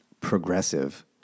progressive